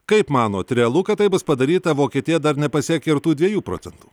kaip manot realu kad tai bus padaryta vokietija dar nepasiekė ir tų dviejų procentų